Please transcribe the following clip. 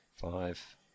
Five